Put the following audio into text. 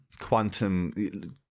quantum